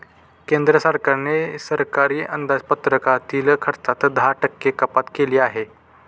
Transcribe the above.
केंद्र सरकारने सरकारी अंदाजपत्रकातील खर्चात दहा टक्के कपात केली आहे